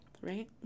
Right